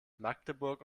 magdeburg